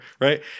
Right